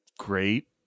Great